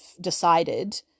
decided